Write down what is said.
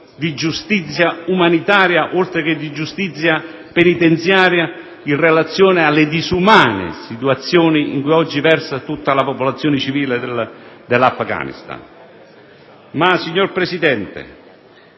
di giustizia umanitaria, oltre che penitenziaria, in relazione alle disumane situazioni in cui oggi versa tutta la popolazione civile dell'Afghanistan. Ma com'è possibile,